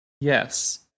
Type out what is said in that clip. Yes